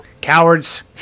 Cowards